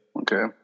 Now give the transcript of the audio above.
okay